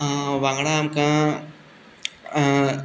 वांगडा आमकां